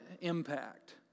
impact